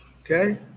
Okay